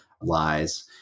lies